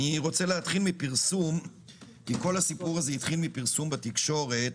אתחיל מפרסום כי כל הסיפור הזה התחיל מפרסום בתקשורת,